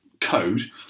code